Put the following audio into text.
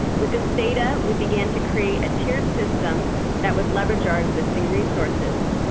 with this data, we began to create a tiered system that would leverage our existing resources.